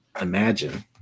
imagine